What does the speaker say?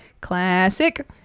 classic